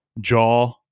jaw